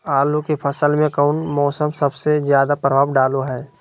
आलू के फसल में कौन मौसम सबसे ज्यादा प्रभाव डालो हय?